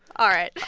all right.